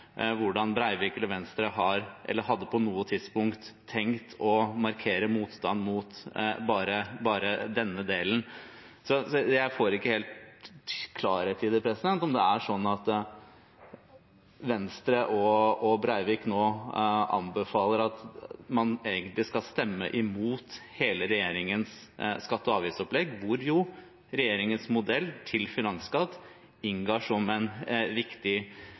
hvordan Venstre på noe tidspunkt hadde tenkt å markere motstand mot bare denne delen. Jeg får ikke helt klarhet i det. Anbefaler Venstre og representanten Breivik nå at man egentlig skal stemme imot hele regjeringens skatte- og avgiftsopplegg, hvor regjeringens modell for finansskatt inngår som en viktig